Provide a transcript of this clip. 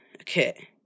Okay